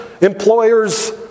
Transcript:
employers